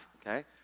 Okay